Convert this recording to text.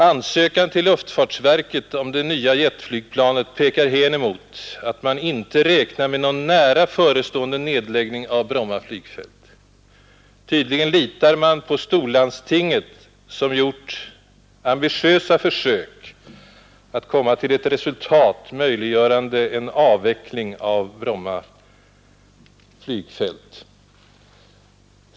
Ansökan till luftfartsverket om det nya jetflygplanet pekar hän mot att man inte räknar med någon nära förestående nedläggning av Bromma flygfält. Tydligen litar man på storlandstinget som gjort ambitiösa försök att komma till ett resultat, möjliggörande en avveckling av Bromma flygfält.